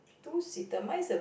two seater mine is a